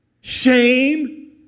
shame